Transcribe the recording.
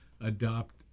adopt